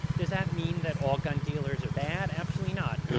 does that mean that all gun dealers are bad? absolutely not.